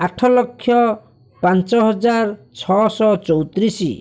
ଆଠଲକ୍ଷ ପାଞ୍ଚହଜାର ଛଅଶହ ଚଉତିରିଶ